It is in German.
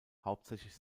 hauptsächlich